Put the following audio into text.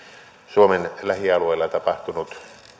suomen lähialueilla tapahtunut